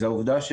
בדיקה אחת